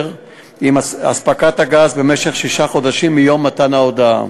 של אספקת גז במשך שישה חודשים מיום מתן ההודעה.